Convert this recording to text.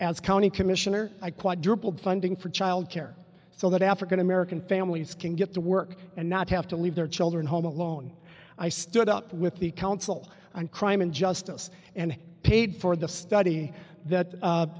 as county commissioner i quadrupled funding for child care so that african american families can get to work and not have to leave their children home alone i stood up with the council on crime and justice and paid for the study that